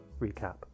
recap